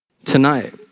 tonight